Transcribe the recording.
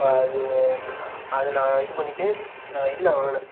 பாதி அது நான் இது பண்ணிவிட்டு நான் இதில் வாங்குனேன்